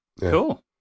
Cool